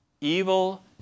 evil